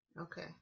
Okay